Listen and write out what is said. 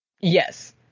Yes